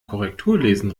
korrekturlesen